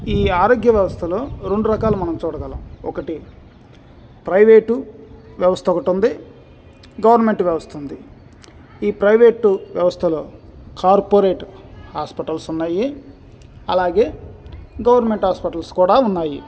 ఈ ఆరోగ్య వ్యవస్థలో రెండు రకాలు మనం చూడగలం ఒకటి ప్రైవేటు వ్యవస్థ ఒకటి ఉంది గవర్నమెంట్ వ్యవస్థ ఉంది ఈ ప్రైవేటు వ్యవస్థలో కార్పొరేట్ హాస్పిటల్స్ ఉన్నాయి అలాగే గవర్నమెంట్ హాస్పిటల్స్ కూడా ఉన్నాయి